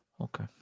Okay